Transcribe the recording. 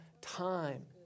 time